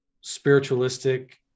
spiritualistic